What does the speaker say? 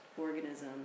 organism